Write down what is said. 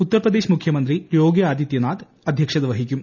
ഉത്തർപ്രദേശ് മുഖ്യമന്ത്രി യോഗി ആദിത്യനാഥ് അദ്ധ്യക്ഷത വഹിക്കും